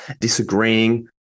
disagreeing